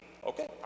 Okay